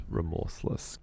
remorseless